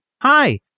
Hi